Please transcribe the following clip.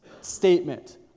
statement